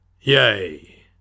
Yay